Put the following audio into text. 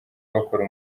bakora